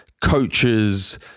coaches